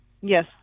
Yes